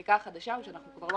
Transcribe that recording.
הצעת החוק החדשה הוא שאנחנו כבר לא